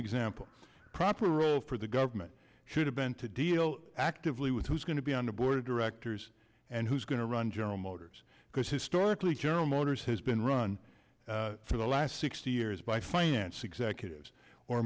example proper role for the government should have been to deal actively with who's going to be on the board of directors and who's going to run general motors because historically general motors has been run for the last sixty years by finance executives or